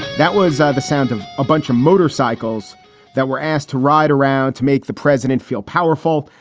that was ah the sound of a bunch of motorcycles that were asked to ride around to make the president feel powerful,